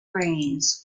rains